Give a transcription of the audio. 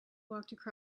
walked